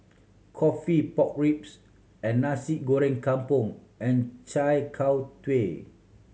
coffee pork ribs and Nasi Goreng Kampung and chai